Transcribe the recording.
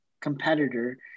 competitor